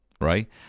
right